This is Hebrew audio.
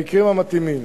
במקרים המתאימים".